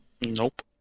Nope